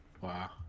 Wow